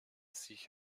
sich